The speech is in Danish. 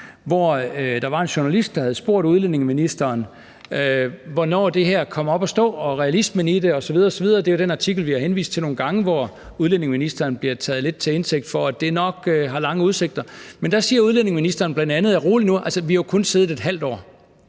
hvor der var en journalist, der havde spurgt udlændinge- og integrationsministeren, hvornår det her kommer op at stå, og om realismen i det osv. osv. – det er jo den artikel, vi har henvist til nogle gange, hvor udlændinge- og integrationsministeren bliver taget lidt til indtægt for, at det nok har lange udsigter. Men der siger udlændinge- og integrationsministeren bl.a.: Rolig nu, vi har kun siddet i et halvt år.